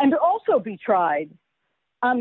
and also be tried on